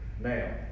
Now